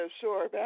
sure